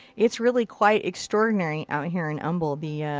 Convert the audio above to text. it's really quite extraordinary out here in humble. the,